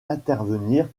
intervenir